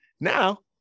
Now